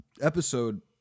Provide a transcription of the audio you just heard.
episode